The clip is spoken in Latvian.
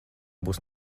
būs